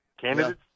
candidates